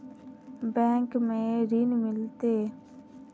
Bank में ऋण मिलते?